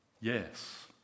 Yes